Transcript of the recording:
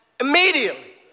immediately